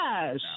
Yes